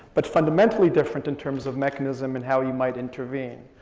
but fundamentally different in terms of mechanism and how you might intervene.